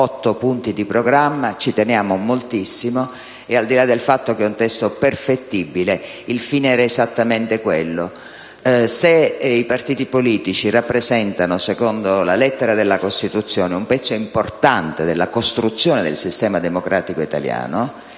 del nostro programma, ci teniamo moltissimo e, al di là del fatto che è un testo perfettibile, il fine era esattamente quello. Se i partiti politici rappresentano, secondo la lettera della Costituzione, un pezzo importante della costruzione del sistema democratico italiano